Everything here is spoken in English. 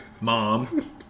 Mom